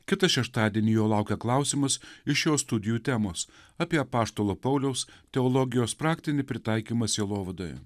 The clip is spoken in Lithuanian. kitą šeštadienį jo laukia klausimas iš jo studijų temos apie apaštalo pauliaus teologijos praktinį pritaikymą sielovadoje